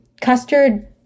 custard